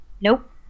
nope